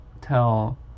Tell